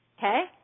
Okay